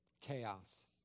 Chaos